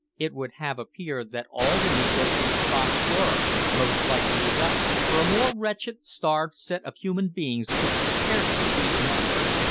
it would have appeared that all the negroes on the spot were most likely to die, for a more wretched, starved set of human beings could scarcely be imagined.